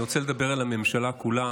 אני רוצה לדבר על הממשלה כולה.